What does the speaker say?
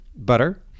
butter